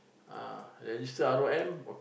ah register R_O_M